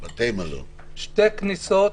שתי כניסות